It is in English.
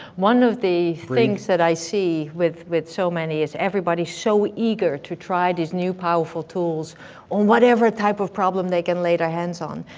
one of the things that i see with with so many is everybody so eager to try these new powerful tools on whatever type of problem they can lay their hands on.